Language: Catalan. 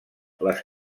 les